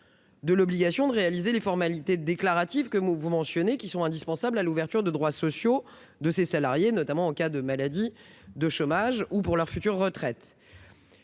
de l'obligation de réaliser les formalités déclaratives que vous mentionnez et qui sont indispensables à l'ouverture de droits sociaux de ces salariés, notamment en cas de maladie, de chômage ou pour leur future retraite.